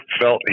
felt